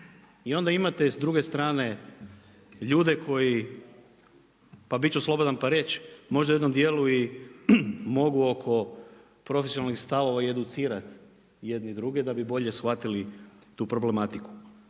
I onda imate s druge strane ljude koji, pa biti ću slobodan pa reći, možda u jednom dijelu mogu oko profesionalnih stavova i educirati jedni druge da bi bolje shvatili tu problematiku.